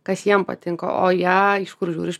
kas jiems patinka o jie iš kur žiūri iš